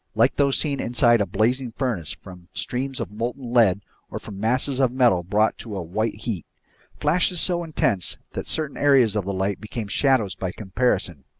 like those seen inside a blazing furnace from streams of molten lead or from masses of metal brought to a white heat flashes so intense that certain areas of the light became shadows by comparison,